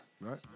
Right